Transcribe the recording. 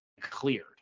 cleared